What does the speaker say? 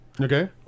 Okay